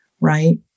right